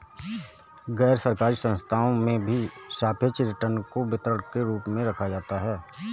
गैरसरकारी संस्थाओं में भी सापेक्ष रिटर्न को वितरण के रूप में रखा जाता है